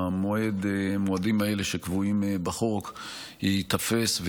שנרצחו במועדים האלה שקבועים בחוק ייתפסו